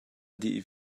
dih